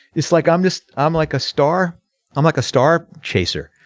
it's like i'm just i'm like a star i'm like a star chaser.